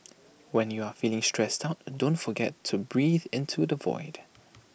when you are feeling stressed out don't forget to breathe into the void